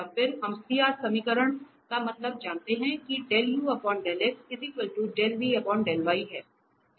और फिर हम CR समीकरणों का मतलब जानते है कि है